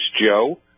Joe